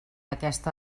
aquesta